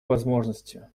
возможности